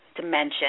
dimension